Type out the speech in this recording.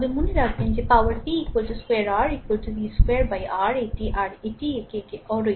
তবে মনে রাখবেন যে power P square R v square R এটি আর এটিই একে একে অ রৈখিক বলে